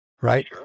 right